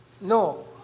no